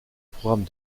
programme